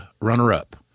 runner-up